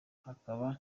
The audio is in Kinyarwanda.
hakaba